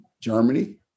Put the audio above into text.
Germany